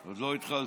עוד לא התחלתי.